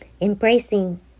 embracing